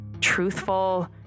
truthful